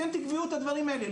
אתם תקבעו את הדברים האלה,